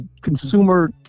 consumer